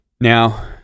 Now